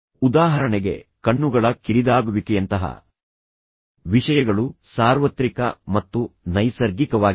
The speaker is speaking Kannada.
ಉದಾಹರಣೆಗೆ ಕಣ್ಣುಗಳ ಕಿರಿದಾಗುವಿಕೆಯಂತಹ ವಿಷಯಗಳು ಸಾರ್ವತ್ರಿಕ ಮತ್ತು ನೈಸರ್ಗಿಕವಾಗಿವೆ